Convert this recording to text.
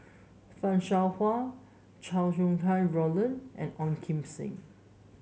Fan Shao Hua Chow Sau Hai Roland and Ong Kim Seng